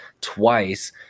twice